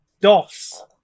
Dos